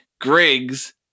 Griggs